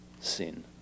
sin